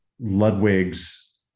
Ludwig's